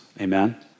Amen